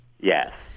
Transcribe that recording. Yes